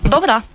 Dobra